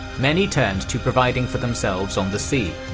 many turned to providing for themselves on the sea,